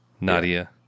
nadia